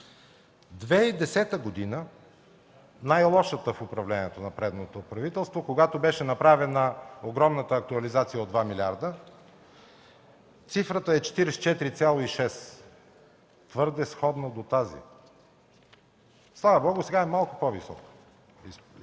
2010 г. – най-лошата в управлението на предното правителство, когато беше направена огромната актуализация от 2 милиарда, цифрата е 44,6 – твърде сходна до тази. Слава Богу, сега изпълнението